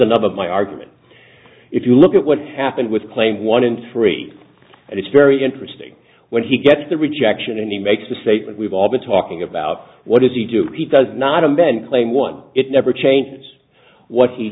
of my argument if you look at what happened with plane one and three and it's very interesting when he gets the rejection and he makes the statement we've all been talking about what does he do it does not and then claim one it never change what he